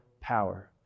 power